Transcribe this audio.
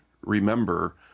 remember